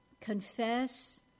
Confess